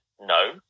no